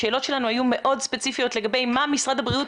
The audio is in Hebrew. השאלות שלנו היו מאוד ספציפיות לגבי מה משרד הבריאות